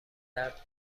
درد